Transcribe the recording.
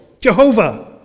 Jehovah